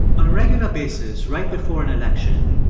on a regular basis, right before an election,